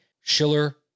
Schiller